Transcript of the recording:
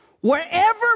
wherever